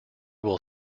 will